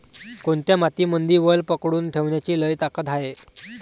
कोनत्या मातीमंदी वल पकडून ठेवण्याची लई ताकद हाये?